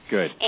Good